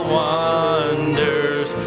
wonders